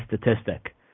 statistic